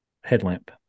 headlamp